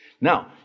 Now